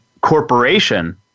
corporation